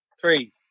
three